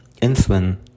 insulin